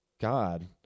God